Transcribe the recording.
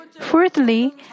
Fourthly